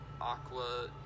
Aqua